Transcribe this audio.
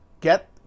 get